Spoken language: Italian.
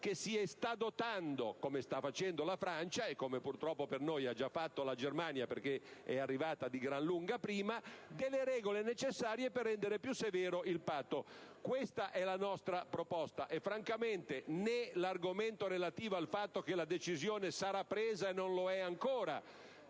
che si sta dotando - come sta facendo la Francia e come purtroppo per noi ha già fatto la Germania, perché è arrivata di gran lunga prima di noi - delle regole necessarie per rendere più severo il Patto. Questa è la nostra proposta, e francamente non ci trova d'accordo né l'argomento relativo al fatto che la decisione sarà presa e non lo è ancora